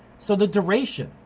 so the duration,